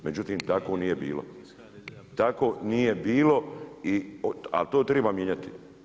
Međutim tako nije bilo, tako nije bilo ali to triba mijenjati.